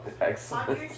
Excellent